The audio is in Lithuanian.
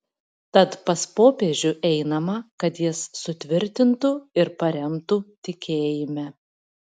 tad pas popiežių einama kad jis sutvirtintų ir paremtų tikėjime